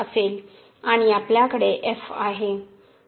आणि आपल्याकडे आहे